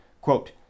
quote